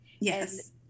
Yes